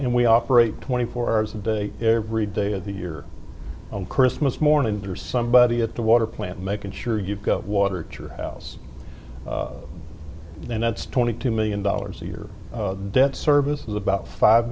and we operate twenty four hours a day every day of the year on christmas morning there's somebody at the water plant making sure you've got water to your house and that's twenty two million dollars a year debt service is about five